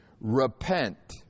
repent